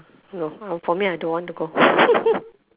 no uh for me I don't want to go